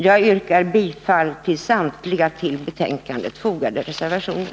Jag yrkar bifall till samtliga till betänkandet fogade reservationer.